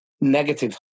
negative